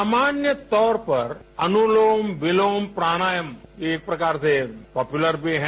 सामान्य तौर पर अनुलोम विलोम प्राणायाम एक प्रकार से पापुलर भी है